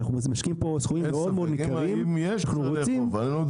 אנחנו משקיעים סכומים גדולים מאוד, אנחנו רוצים